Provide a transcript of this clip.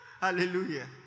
Hallelujah